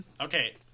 Okay